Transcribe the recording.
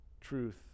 truth